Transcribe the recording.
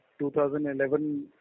2011